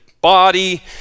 body